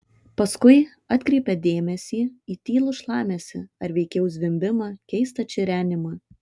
paskui atkreipė dėmesį į tylų šlamesį ar veikiau zvimbimą keistą čirenimą